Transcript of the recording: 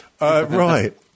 Right